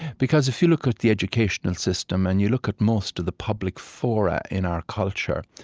because if you look at the educational system, and you look at most of the public fora in our culture,